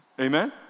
Amen